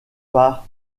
par